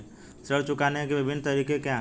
ऋण चुकाने के विभिन्न तरीके क्या हैं?